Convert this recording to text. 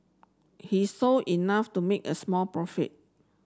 he sold enough to make a small profit